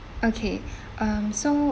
okay um so